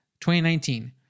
2019